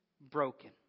broken